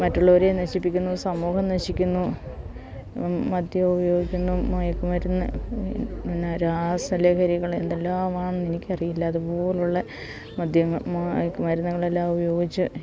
മറ്റുള്ളവരെയും നശിപ്പിക്കുന്നു സമൂഹം നശിക്കുന്നു മദ്യം ഉപയോഗിക്കുന്നു മയക്കുമരുന്ന് പിന്നെ രാസലഹരികള് എന്തെല്ലാമാണെന്ന് എനിക്കറിയില്ല അതുപോലെയുള്ള മദ്യങ്ങൾ മയക്കുമരുന്നുകളെല്ലാം ഉപയോഗിച്ച്